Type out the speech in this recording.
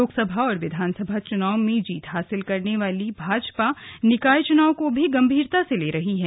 लोकसभा और विधानसभा चुनाव में जीत हासिल करने वाली भाजपा निकाय चुनाव को भी गंभीरता से ले रही है